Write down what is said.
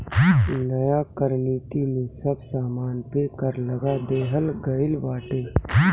नया कर नीति में सब सामान पे कर लगा देहल गइल बाटे